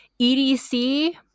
edc